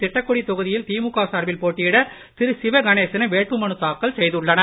திட்டக்குடி தொகுதியில் திமுக சார்பில் போட்டியிட திரு சிவே கணேசனும் வேட்புமனு தாக்கல் செய்துள்ளார்